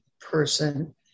person